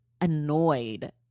annoyed